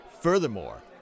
Furthermore